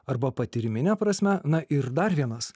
arba patyrimine prasme na ir dar vienas